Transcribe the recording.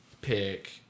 pick